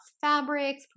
fabrics